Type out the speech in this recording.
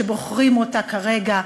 שבוחרים אותה כרגע.